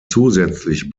zusätzlich